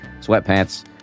sweatpants